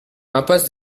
impasse